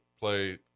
play